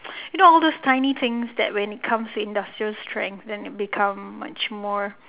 you know all those tiny things that when it comes to industrial strength then it become much more